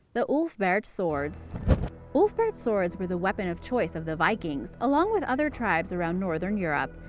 the ulfberht swords ulfberht swords were the weapon of choice of the vikings, along with other tribes around northern europe.